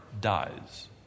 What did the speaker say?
dies